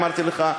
אמרתי לך,